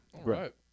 right